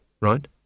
right